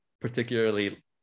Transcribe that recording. particularly